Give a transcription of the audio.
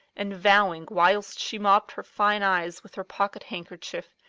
and vowing, whilst she mopped her fine eyes with her pocket-handkerchief,